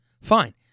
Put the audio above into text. fine